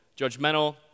judgmental